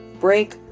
break